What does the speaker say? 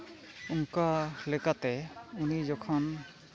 ᱚᱱᱠᱟ ᱞᱮᱠᱟᱛᱮ ᱩᱱᱤ ᱡᱚᱠᱷᱚᱱ